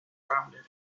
rounded